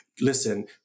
listen